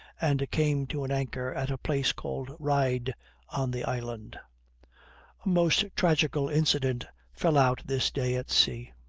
and came to an anchor at a place called ryde on the island. a most tragical incident fell out this day at sea.